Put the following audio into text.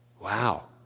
Wow